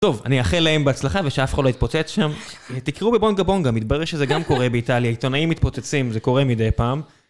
טוב, אני אאחל להם בהצלחה ושאף חול לא יתפוצץ שם. תקראו בבונגה בונגה, מתברר שזה גם קורה באיטליה, עיתונאים מתפוצצים, זה קורה מדי פעם.